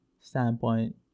standpoint